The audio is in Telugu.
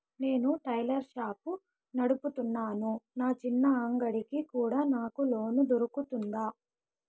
నేను టైలర్ షాప్ నడుపుతున్నాను, నా చిన్న అంగడి కి కూడా నాకు లోను దొరుకుతుందా?